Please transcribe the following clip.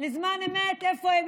לזמן אמת, איפה הן?